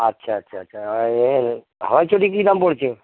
আচ্ছা আচ্ছা আচ্ছা ঐ এ হাওয়াই চটি কী দাম পড়ছে